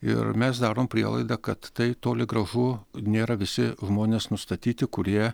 ir mes darom prielaidą kad tai toli gražu nėra visi žmonės nustatyti kurie